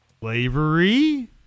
Slavery